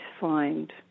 find